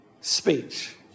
speech